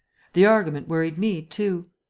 the argument worried me too.